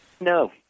No